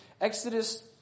Exodus